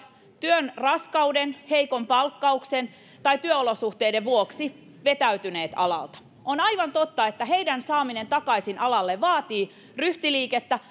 työn raskauden heikon palkkauksen tai työolosuhteiden vuoksi vetäytyneet alalta on aivan totta että heidän saamisensa takaisin alalle vaatii ryhtiliikettä